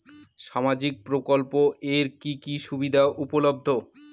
সামাজিক প্রকল্প এর কি কি সুবিধা উপলব্ধ?